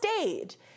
stage